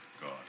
God